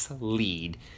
lead